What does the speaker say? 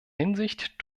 hinsicht